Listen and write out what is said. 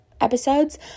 episodes